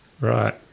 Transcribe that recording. Right